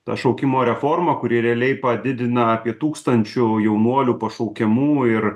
ta šaukimo reforma kuri realiai padidina apie tūkstančiu jaunuolių pašaukimų ir